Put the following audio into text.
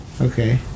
Okay